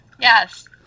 yes